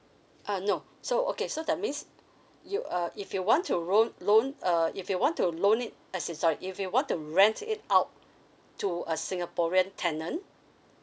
uh no so okay so that means you uh if you want to loan loan uh if you want to loan it as in sorry if you want to rent it out to a singaporean tenant